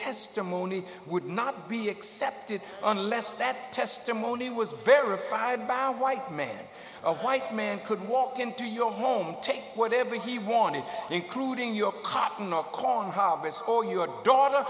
testimony would not be accepted unless that testimony was verified by a white man a white man could walk into your home take whatever he wanted including your